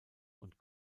und